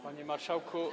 Panie Marszałku!